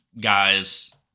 guys